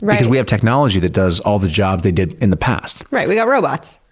because we have technology that does all the jobs they did in the past. right, we got robots.